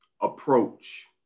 approach